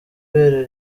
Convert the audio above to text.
bere